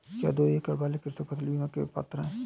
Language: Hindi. क्या दो एकड़ वाले कृषक फसल बीमा के पात्र हैं?